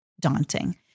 daunting